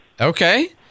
Okay